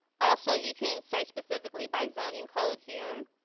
also you can search specifically by zoning code here,